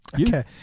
Okay